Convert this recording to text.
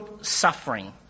suffering